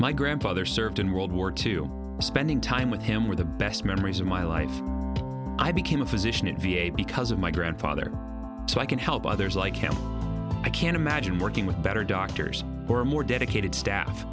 my grandfather served in world war two spending time with him were the best memories of my life i became a physician in v a because of my grandfather so i can help others like him i can't imagine working with better doctors or more dedicated staff